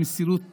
במסירות נפש.